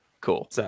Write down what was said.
Cool